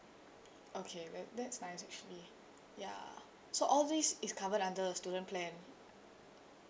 okay ve~ that's nice actually ya so all these is covered under the student plan